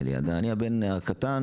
אני הבן הקטן